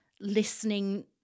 listening